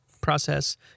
process